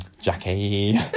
Jackie